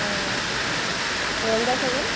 অঁ ranger cycle